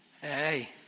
Hey